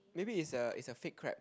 maybe it's a it's a fake crab